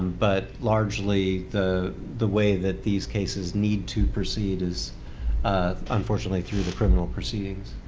but largely the the way that these cases need to proceed is unfortunately through the criminal proceedings.